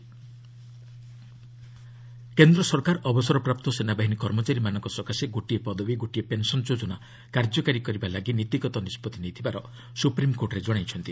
SC OROP କେନ୍ଦ୍ର ସରକାର ଅବସରପ୍ରାପ୍ତ ସେନାବାହିନୀ କର୍ମଚାରୀମାନଙ୍କ ସକାଶେ 'ଗୋଟିଏ ପଦବୀ ଗୋଟିଏ ପେନ୍ସନ୍' ଯୋଜନା କାର୍ଯ୍ୟକାରୀ କରିବାପାଇଁ ନୀତିଗତ ନିଷ୍କତ୍ତି ନେଇଥିବାର ସୁପ୍ରିମ୍କୋର୍ଟରେ ଜଣାଇଛନ୍ତି